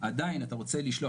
עדיין אתה רוצה לשלוח,